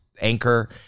anchor